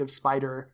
spider